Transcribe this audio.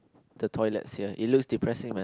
the toilet sia it looks depressing man